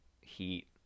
heat